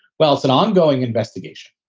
well, it's an ongoing investigation,